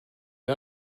you